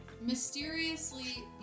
mysteriously